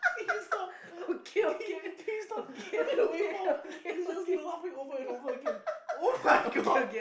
can you stop can you stop look at the waveform it's just you laughing over and over again [oh]-my-god